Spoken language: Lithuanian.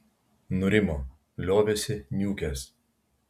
nurimo liovėsi niūkęs